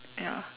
ya